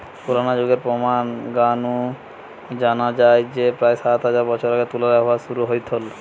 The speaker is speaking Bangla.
পুরনা যুগের প্রমান গা নু জানা যায় যে প্রায় সাত হাজার বছর আগে তুলার ব্যবহার শুরু হইথল